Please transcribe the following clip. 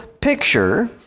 picture